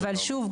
אבל שוב,